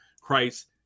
Christ